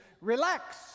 Relax